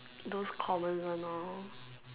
those common one hor